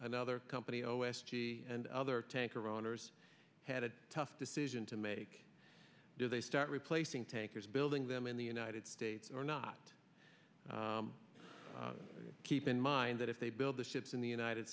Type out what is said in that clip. another company o s t and other tanker owners had a tough decision to make do they start replacing tankers building them in the united states or not keep in mind that if they build the ships in the united